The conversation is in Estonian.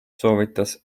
soovitas